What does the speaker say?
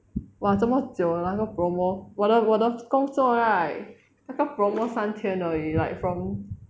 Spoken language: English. !wah! 这么久了那个 promo 我的我的工作 right 那个 promo 三天而已 like from